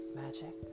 magic